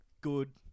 Good